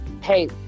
hey